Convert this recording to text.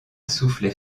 soufflait